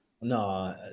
No